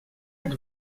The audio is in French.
êtes